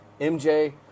MJ